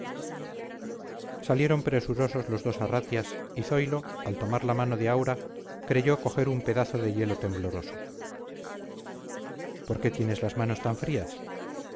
salieron presurosos los dos arratias y zoilo al tomar la mano de aura creyó coger un pedazo de hielo tembloroso por qué tienes las manos tan frías